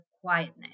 quietness